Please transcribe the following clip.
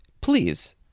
please